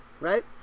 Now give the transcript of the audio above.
Right